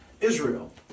Israel